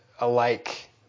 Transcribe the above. alike